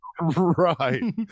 Right